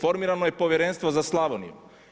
Formirano je Povjerenstvo za Slavoniju?